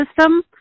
system